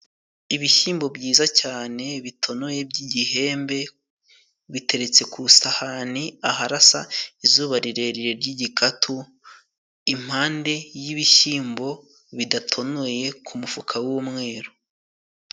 Ibishyimbo byiza cyane, bitonoye, by'igihembe, biteretse ku isahani, aharasa izuba rirerire ry'igikatu, impande y'ibishyimbo bidatonoye, ku mufuka w'umweru.